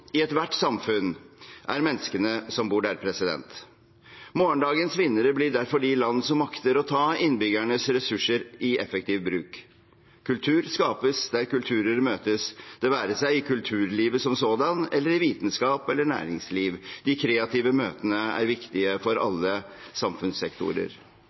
i ethvert samfunn er menneskene som bor der. Morgendagens vinnere blir derfor de land som makter å ta innbyggernes ressurser i effektiv bruk. Kultur skapes der kulturer møtes, det være seg i kulturlivet som sådan eller i vitenskap eller næringsliv. De kreative møtene er viktige for